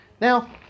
Now